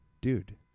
dude